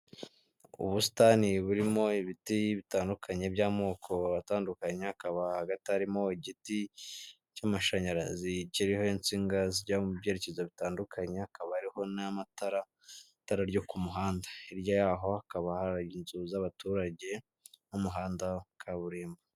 Ubusitani burimo ibiti bitandukanye by'amoko atandukanye, hakaba hagati harimo igiti cy'amashanyarazi, kiriho insinga zijya mu byerekezo bitandukanye, hakaba hariho n'amatara, itara ryo ku muhanda hirya yaho hakaba hari inzu z'abaturage n'umuhanda wa kaburimbo.